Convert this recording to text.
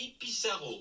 Pizarro